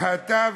אתה,